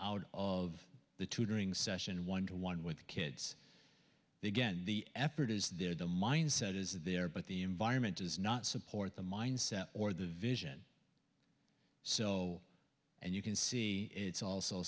out of the tutoring session one to one with the kids they get the effort is there the mindset is there but the environment does not support the mindset or the vision so and you can see it's also